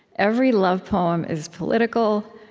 every love poem is political.